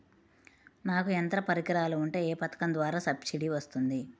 నాకు యంత్ర పరికరాలు ఉంటే ఏ పథకం ద్వారా సబ్సిడీ వస్తుంది?